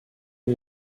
aux